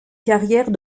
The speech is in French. carrière